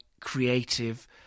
creative